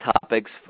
topics